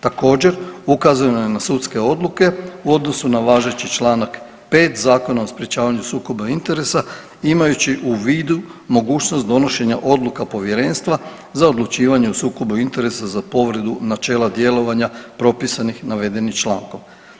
Također ukazano je na sudske odluke u odnosu na važeći čl. 5. Zakona o sprečavanju sukoba interesa imajući u vidu mogućnost donošenja odluka Povjerenstva za odlučivanje o sukobu interesa za povredu načela djelovanja propisanih navedenih člankom.